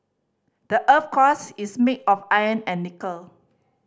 the earth's cores is made of iron and nickel